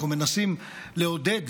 אנחנו מנסים לעודד